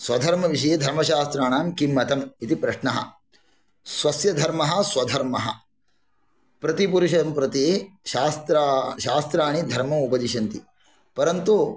स्वधर्मविषये धर्मशास्त्राणां किं मतम् इति प्रश्नः स्वस्य धर्मः स्वधर्मः प्रतिपुरुषं प्रति शास्त्राणि धर्म उपदिशन्ति परन्तु